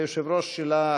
היושב-ראש שלה,